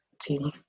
team